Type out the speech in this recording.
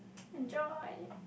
enjoy